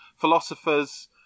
philosophers